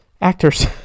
actors